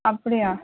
அப்படியா